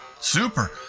Super